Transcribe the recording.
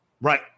Right